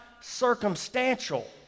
circumstantial